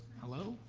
hello,